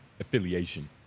affiliation